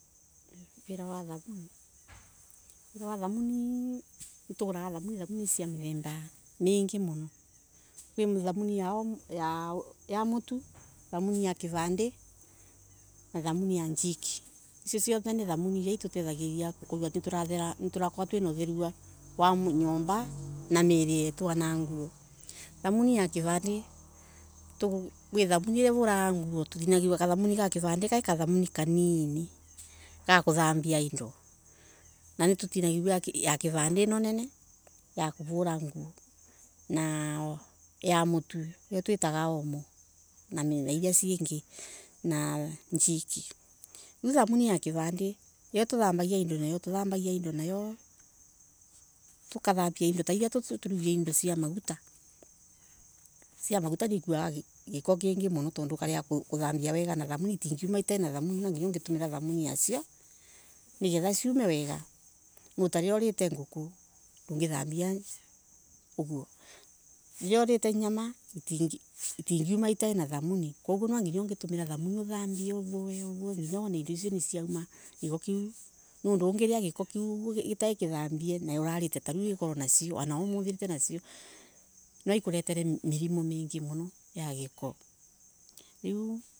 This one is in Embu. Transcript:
Wira wa thamuni wira wa thamuni nituguraga thamuni cia mithemba mingi muno kwi thamuni yam utu ya kivande na thamuni ya njiki icio ni thamuni iria itotethagia gukorwa na utheru wa nyomba na miili yetu na nguo. Thamuni ya kivande kwi thamuni iria ivalaga nguo ni tutinagia kathamuni ga kivande ga kuthambia indo na iria nene ya kuvura nguo na yam utu io twitaga omo na njiki, Riu thamuni ya kivande io tuthambagia indo nayo tukathambia nayo indo cia maguta indo cia maguta nikuaga giko kingi muno nwa nginya ungetumira thamuni yacio ningetha ciume wega nondo talilia urete nguku ndungithambia uguo lilia ulete nyama itingiuma itai thamuni koguo ni nginya ungetumila thamuni uthambie nginya wone indo icio ni ciauma giko kiu niundu ungelia giko kiu gitai kithambie nwa ikulitile mirimo mingi muno ya giko.